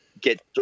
Get